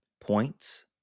points